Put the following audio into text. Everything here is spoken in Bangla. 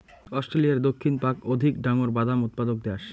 অস্ট্রেলিয়ার দক্ষিণ পাক অধিক ডাঙর বাদাম উৎপাদক দ্যাশ